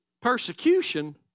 persecution